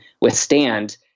withstand